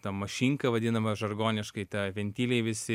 ta mašinka vadinama žargoniškai ta ventiliai visi